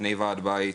לפני וועד בית,